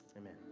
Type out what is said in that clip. amen